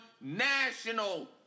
national